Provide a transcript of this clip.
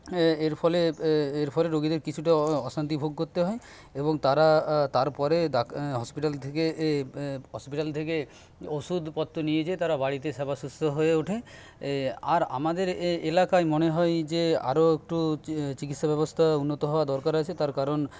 এর ফলে এর ফলে রোগীদের কিছুটা অ অশান্তি ভোগ করতে হয় এবং তারা তারপরে ডাক হসপিটাল থেকে হসপিটাল থেকে ওষুধপত্র নিয়ে গিয়ে বাড়িতে সেবা শুশ্রূষা হয়ে ওঠে আর আমাদের এলাকায় মনে হয় যে আরও একটু চি চিকিৎসা ব্যবস্থা উন্নত হওয়া দরকার আছে তার কারণ